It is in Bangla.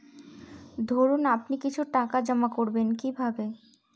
ধরুন আপনি কিছু টাকা জমা করবেন কিভাবে?